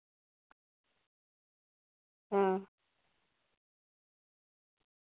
ᱦᱮᱸ